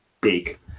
big